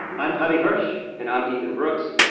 i'm paddy hirsch and i'm ethan brooks.